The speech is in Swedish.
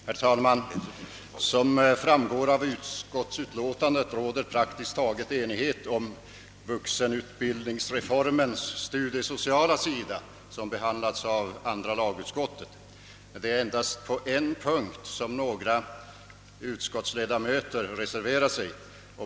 Herr talman! Som framgår av utskottsutlåtandet råder praktiskt taget enighet om vuxenutbildningsreformens studiesociala sida som behandlats av andra lagutskottet. Det är endast på en punkt som några utskottsledamöter reserverat sig.